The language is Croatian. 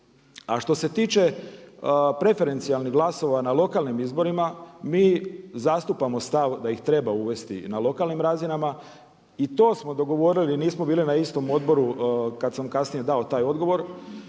A što se tiče preferencijalnih glasova na lokalnim izborima, mi zastupamo stav da ih treba uvesti na lokalnim razinama i to smo dogovorili, nismo bili na istom odboru kada sam kasnije dao taj odgovor